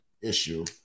issue